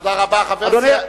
תודה רבה, חבר הכנסת.